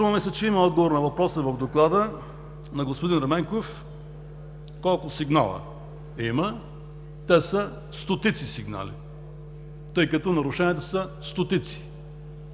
в Доклада има отговор на въпроса на господин Ерменков: колко сигнала има? Те са стотици сигнали, тъй като нарушенията са стотици.